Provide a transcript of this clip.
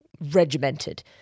regimented